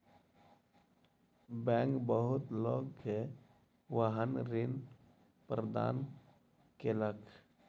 bank बहुत लोक के वाहन ऋण प्रदान केलक